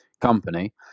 company